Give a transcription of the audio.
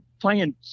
playing